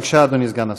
בבקשה, אדוני סגן השר.